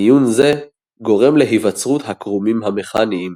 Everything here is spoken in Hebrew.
מיון זה גורם להיווצרות הקרומים המכניים.